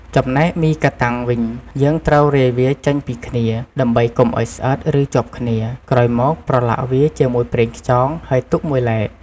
ចំណែកមីកាតាំងវិញ យើងត្រូវរាយវាចេញពីគ្នា ដើម្បីកុំឱ្យស្អិត ឬជាប់គ្នា ក្រោយមកប្រឡាក់វាជាមួយប្រេងខ្យង ហើយទុកមួយឡែក។